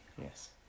Yes